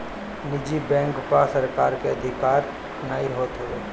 निजी बैंक पअ सरकार के अधिकार नाइ होत हवे